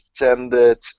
attended